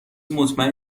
مطمئن